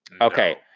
Okay